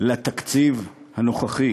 על התקציב הנוכחי,